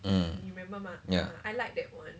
mm ya